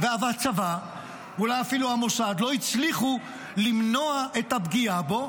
והצבא ואולי אפילו המוסד לא הצליחו למנוע את הפגיעה בו,